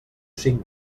signo